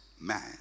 man